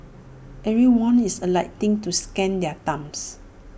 everyone is alighting to scan their thumbs